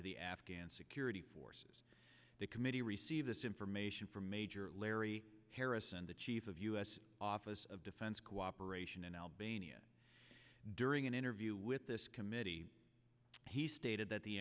to the afghan security forces the committee receive this information from major larry harrison the chief of u s office of defense cooperation in albania during an interview with this committee he stated that the